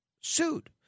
sued